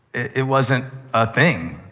it wasn't a thing.